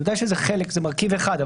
אני יודע שזה חלק, זה מרכיב אחד.